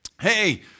Hey